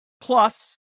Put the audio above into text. Plus